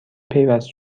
پیوست